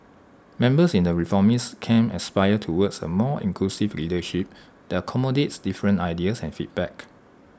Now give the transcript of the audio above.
members in the reformist camp aspire towards A more inclusive leadership that accommodates different ideas and feedback